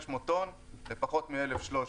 מ-2,500 טון לפחות מ-1,300.